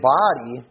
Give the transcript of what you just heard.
body